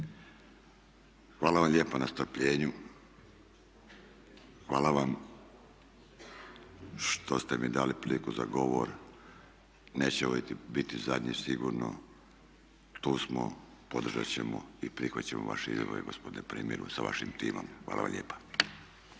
Hvala vam lijepa na strpljenju, hvala vam što ste mi dali priliku za govor. Neće ovo biti zadnji, sigurno. Tu smo, podržat ćemo i prihvatiti vaše izbore gospodine premijeru sa vašim timom. Hvala vam lijepa.